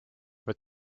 vaid